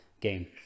game